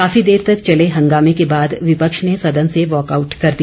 काफी देर तक चले हंगामे के बाद विपक्ष ने सदन से वाकआउट कर दिया